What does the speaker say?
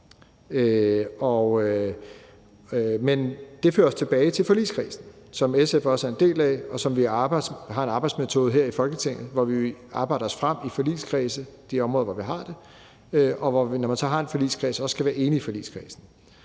Men det fører os tilbage til forligskredsen, som SF også er en del af. Og vi har en arbejdsmetode her i Folketinget, hvor vi arbejder os frem i forligskredse på de områder, hvor vi har det, og hvor man, når man så har en forligskreds, også skal være enige i forligskredsen.